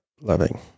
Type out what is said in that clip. loving